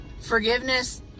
Forgiveness